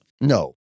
No